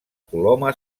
coloma